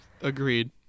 agreed